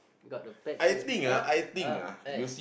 got the patch here ah ah